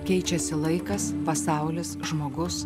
keičiasi laikas pasaulis žmogus